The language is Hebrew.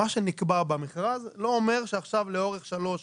מה שנקבע במכרז לא אומר שעכשיו לאורך שלוש,